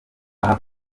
aha